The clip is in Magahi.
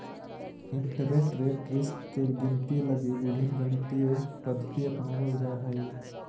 इंटरेस्ट रेट रिस्क के गिनती लगी विभिन्न गणितीय पद्धति अपनावल जा हई